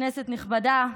כנסת נכבדה,